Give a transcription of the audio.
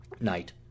Night